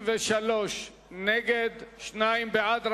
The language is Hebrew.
53 נגד ההתנגדות, שניים בעד.